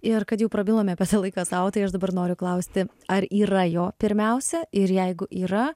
ir kad jau prabilom apie tą laiką sau tai aš dabar noriu klausti ar yra jo pirmiausia ir jeigu yra